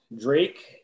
Drake